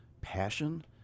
passion